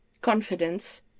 confidence